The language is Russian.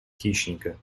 хищника